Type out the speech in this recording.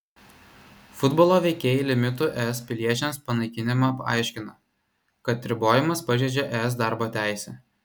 futbolo veikėjai limitų es piliečiams panaikinimą aiškino kad ribojimas pažeidžią es darbo teisę